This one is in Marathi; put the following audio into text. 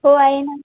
हो आहे ना